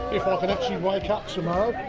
if i can actually wake up tomorrow!